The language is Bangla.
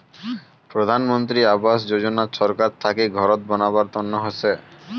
প্রধান মন্ত্রী আবাস যোজনা ছরকার থাকি ঘরত বানাবার তন্ন হসে